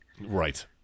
Right